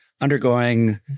undergoing